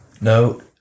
no